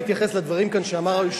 להתייחס לדברים שאמר כאן היושב-ראש.